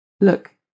Look